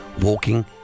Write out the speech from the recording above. Walking